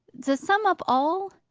to sum up all,